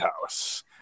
house